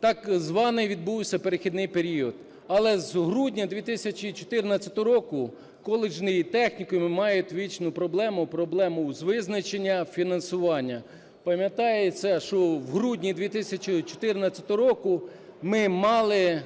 так званий, відбувся, перехідний період. Але з грудня 2014 року коледжі і технікуми мають вічну проблему – проблему з визначенням фінансування. Пам'ятається, що в грудні 2014 року ми мали